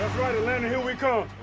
right atlanta here we come.